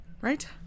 Right